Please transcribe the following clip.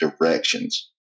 directions